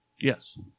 Yes